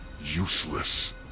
useless